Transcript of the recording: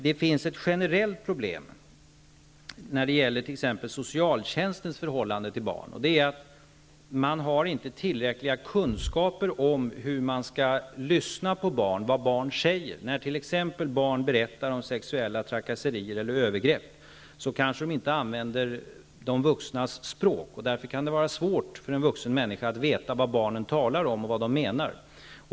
Det finns ett generellt problem när det gäller t.ex. socialtjänstens förhållande till barn, och det är att man inte har tillräckliga kunskaper om hur man skall lyssna på vad barn säger. När barn t.ex. berättar om sexuella trakasserier eller övergrepp använder de kanske inte de vuxnas språk, och det kan därför vara svårt för en vuxen människa att veta vad barnen talar om och vad de menar.